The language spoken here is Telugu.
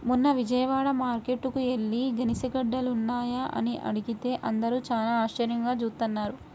మొన్న విజయవాడ మార్కేట్టుకి యెల్లి గెనిసిగెడ్డలున్నాయా అని అడిగితే అందరూ చానా ఆశ్చర్యంగా జూత్తన్నారు